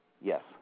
Yes